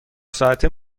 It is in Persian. ساعته